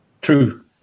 true